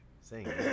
Sing